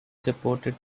supported